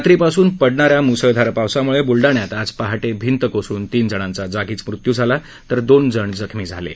रात्रीपासून पडणाऱ्या मुसळधार पावसामुळे बुलडाण्यात आज पहाटे भिंत कोसळून तीन जणांचा जागीच मृत्यू झाला तर दोन जण जखमी झाले आहेत